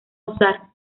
usar